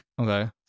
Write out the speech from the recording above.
Okay